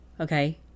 Okay